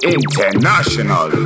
International